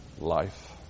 life